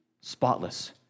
spotless